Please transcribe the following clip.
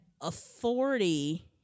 authority